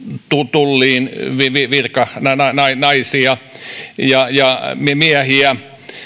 tulliin virkanaisia ja ja miehiä